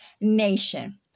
nation